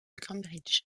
cambridge